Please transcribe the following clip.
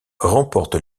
remporte